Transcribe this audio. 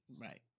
right